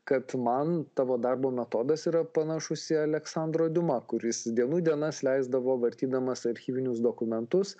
kad man tavo darbo metodas yra panašus į aleksandro diuma kuris dienų dienas leisdavo vartydamas archyvinius dokumentus